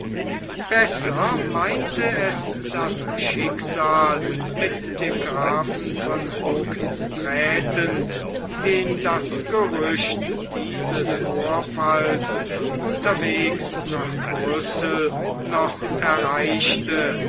besser meinte es das schicksal mit dem grafen von hoogstraaten den das gerücht dieses vorfalls unterwegs nach brüssel noch erreichte